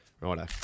Righto